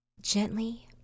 gently